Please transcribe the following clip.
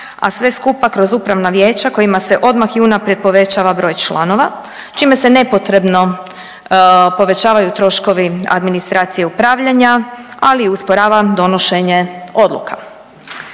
a sve skupa kroz upravna vijeća kojima se odmah i unaprijed povećava broj članova, čime se nepotrebno povećavaju troškovi administracije upravljanja, ali i usporava donošenje odluka.